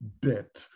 bit